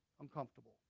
uncomfortable